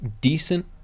decent